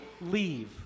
leave